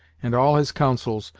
and all his councils,